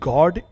God